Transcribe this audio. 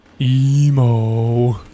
Emo